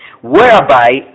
whereby